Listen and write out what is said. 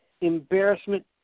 embarrassment